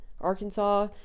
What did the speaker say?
arkansas